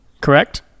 correct